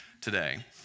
today